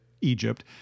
Egypt